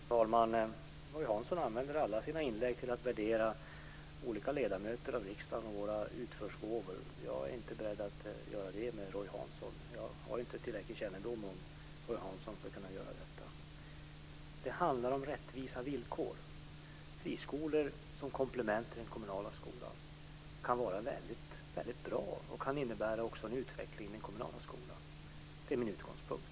Fru talman! Roy Hansson använder alla sina inlägg till att värdera olika ledamöter av riksdagen och deras utförsgåvor. Jag är inte beredd att göra en sådan värdering av Roy Hansson. Jag har inte tillräcklig kännedom om Roy Hansson för att kunna göra det. Det handlar om rättvisa villkor. Friskolor kan vara väldigt bra som komplement till den kommunala skolan och kan också innebära en utveckling i den kommunala skolan. Det är min utgångspunkt.